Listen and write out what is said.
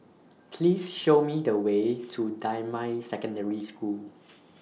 Please Show Me The Way to Damai Secondary School